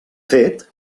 fet